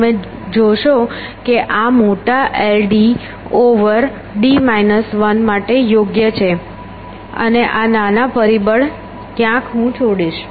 તમે જોશો કે આ મોટા l d ઓવર d 1 માટે યોગ્ય છે આ નાના પરિબળ ક્યાંક હું છોડીશ